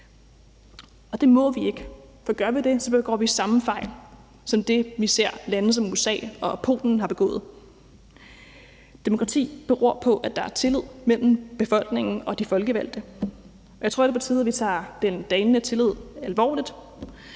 og det må vi ikke, for gør vi det, begår vi jo samme fejl som dem, vi ser lande som USA og Polen har begået. Demokrati beror på, at der er tillid mellem befolkningen og de folkevalgte, og jeg tror, det er på tide, at vi tager den dalende tillid alvorligt